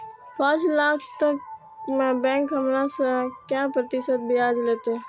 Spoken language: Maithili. पाँच लाख तक में बैंक हमरा से काय प्रतिशत ब्याज लेते?